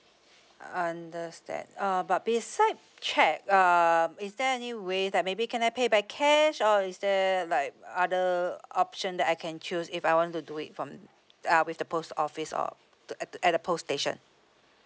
understand uh but beside cheque um is there any way that maybe can I pay by cash or is there like other option that I can choose if I want to do it from uh with the post office or the at at the post station